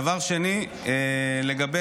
(תיקון, הגנה